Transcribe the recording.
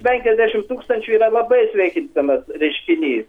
penkiasdešimt tūkstančių yra labai sveikintinas reiškinys